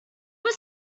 was